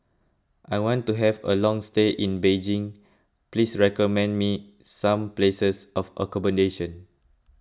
I want to have a long stay in Beijing please recommend me some places for accommodation